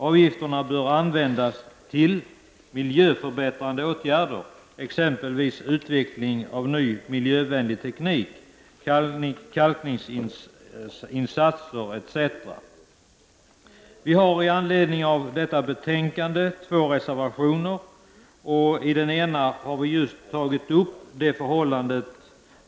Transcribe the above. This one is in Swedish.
Avgifterna bör användas till miljöförbättrande åtgärder, exempelvis till utveckling av ny miljövänlig teknik, kalkningsinsatser etc. Vi moderater har i anledning av detta betänkande avgivit två reservationer. I den ena har vi just tagit upp det förhållandet